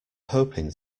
hoping